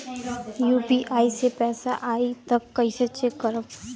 UPI से पैसा आई त कइसे चेक करब?